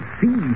see